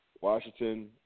Washington